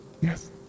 Yes